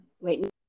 Wait